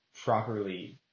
properly